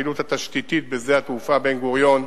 הפעילות התשתיתית שמתבצעת בשדה התעופה בן-גוריון.